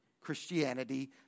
Christianity